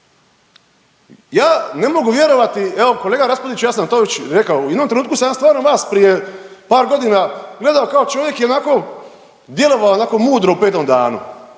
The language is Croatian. ja ne mogu vjerovati evo kolega Raspudiću ja sam to već rekao, u jednom trenutku sam ja stvarno vas prije par godina gledao kao čovjek i onako djelovala onako mudro u Petom danu.